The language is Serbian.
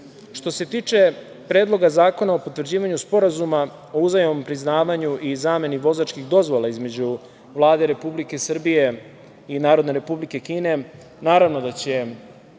se tiče Predloga zakona o potvrđivanju Sporazuma o uzajamnom priznavanju i zameni vozačkih dozvola između Vlade Republike Srbije i Narodne Republike Kine, naravno da će